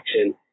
action